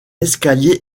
escalier